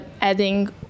adding